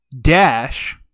dash